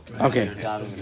Okay